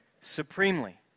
supremely